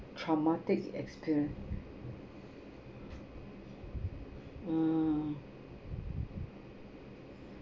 traumatic experience uh